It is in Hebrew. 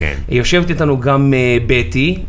כן. יושבת איתנו גם בטי.